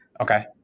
Okay